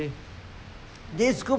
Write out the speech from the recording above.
of course they they